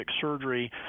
surgery